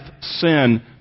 sin